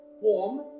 Warm